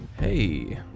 Hey